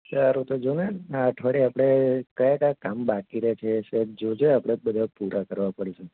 સારું તો જોને આ અઠવાડિયે આપણે કયાં કયાં કામ બાકી રહે છે એ સહેજ જોજે આપણે બધાં પૂરાં કરવા પડશે